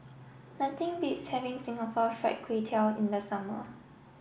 nothing beats having Singapore Fried Kway Tiao in the summer